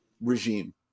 regime